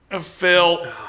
Phil